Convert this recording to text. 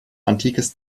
antikes